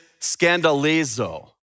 scandalizo